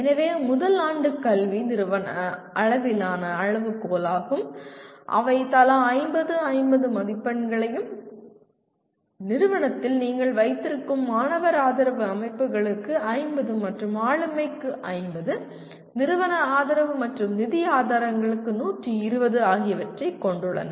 எனவே முதல் ஆண்டு கல்வி நிறுவன அளவிலான அளவுகோலாகும் அவை தலா 50 50 மதிப்பெண்களையும் நிறுவனத்தில் நீங்கள் வைத்திருக்கும் மாணவர் ஆதரவு அமைப்புகளுக்கு 50 மற்றும் ஆளுமைக்கு 50 நிறுவன ஆதரவு மற்றும் நிதி ஆதாரங்களுக்கு 120 ஆகியவற்றைக் கொண்டுள்ளன